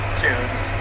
tunes